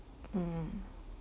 mm